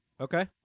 Okay